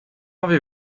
avez